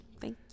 Thank